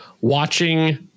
watching